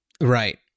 Right